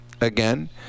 again